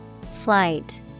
Flight